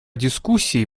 дискуссий